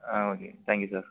ah okay thank you sir